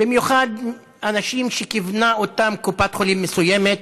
במיוחד אנשים שכיוונה אותם קופת חולים מסוימת